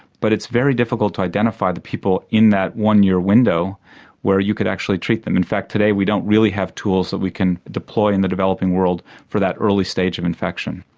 but it's very difficult to identify the people in that one year window where you could actually treat them. in fact today we don't really have tools that we can deploy in the developing world for that early stage of infection.